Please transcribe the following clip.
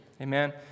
Amen